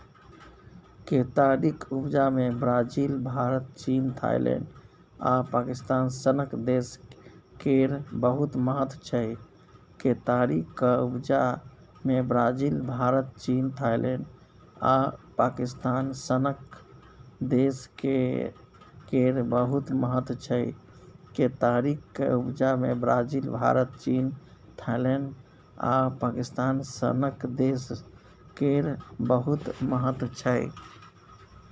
केतारीक उपजा मे ब्राजील, भारत, चीन, थाइलैंड आ पाकिस्तान सनक देश केर बहुत महत्व छै